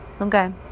okay